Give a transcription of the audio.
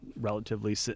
relatively